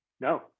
No